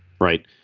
Right